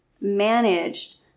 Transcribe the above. managed